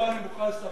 אותו אני מוכן לספח.